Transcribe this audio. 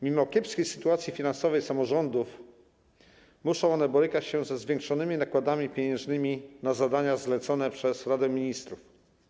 Mimo kiepskiej sytuacji finansowej samorządów muszą one borykać się ze zwiększonymi nakładami pieniężnymi na zadania zlecone przez Radę Ministrów.